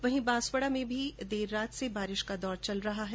वहीं बांसवाड़ा में भी देर रात से बारिश का दौर चल रहा है